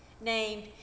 named